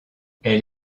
elle